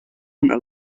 una